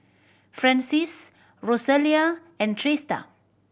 Francies Rosalia and Trista